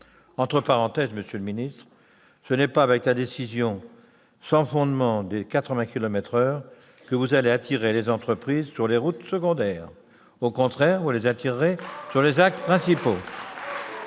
par parenthèses, monsieur le secrétaire d'État, ce n'est pas avec la décision sans fondement des 80 kilomètres par heure que vous allez attirer les entreprises sur les routes secondaires ! Au contraire, vous les attirerez sur les axes principaux.